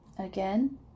Again